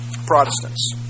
Protestants